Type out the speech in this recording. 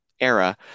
era